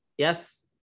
Yes